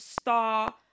star